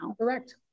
Correct